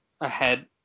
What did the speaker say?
ahead